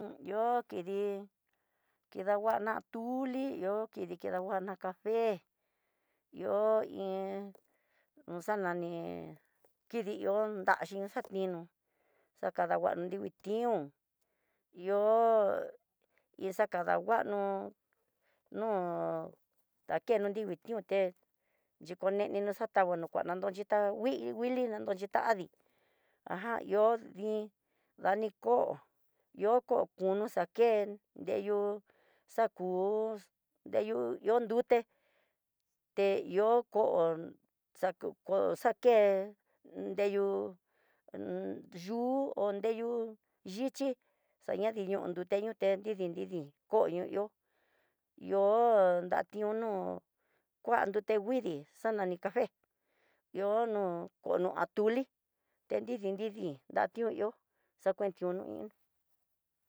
Yo kidi nidanguana tuli, yo kidanguana cafe ihó iin xanani diki ihó ndaxhi xakinó, xakanguano nrivii tión ihó hí xakangano no ndakeno nrivii tiuté, yukuneninó xakuantano koneno yuté ta ngui nguili xhita adii ajan ihó dii yani koo yo koo kono xakel deyu xaku, deyu ihó ndute te ihó koo xaku koo xaké, nreyu yúu o nreyu yixhi xañadión ñuté yuté nridii koño ihó, ihó nratiuno kuan nrute nguidii xanani cafe ihó no kono atolé te nridi nridi ndatió ihó xakuen tion no inó.